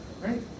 Right